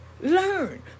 learn